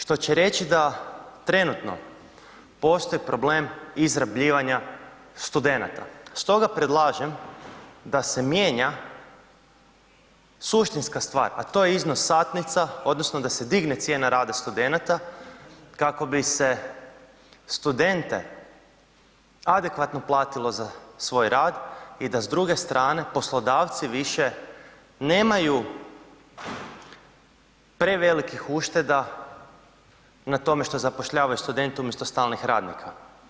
Što će reći da trenutno postoji problem izrabljivanja studenata stoga predlažem da se mijenja suštinska stvar, a to je iznos satnica, odnosno da se digne cijena rada studenata kako bi se studente adekvatno platilo za svoj rad, i da s druge strane, poslodavci više nemaju prevelikih ušteda na tome što zapošljavaju studente umjesto stalnih radnika.